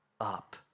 up